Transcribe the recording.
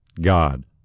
God